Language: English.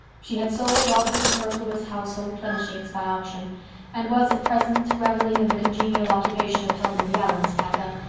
she had sold all her superfluous household plenishings by auction and was at present reveling in the congenial occupation of helping the allans pack up.